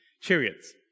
chariots